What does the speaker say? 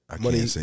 Money